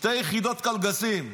שתי יחידות קלגסים.